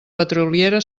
petroliera